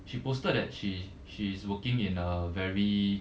she posted that she she is working in a very